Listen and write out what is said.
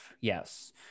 Yes